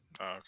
okay